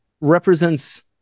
represents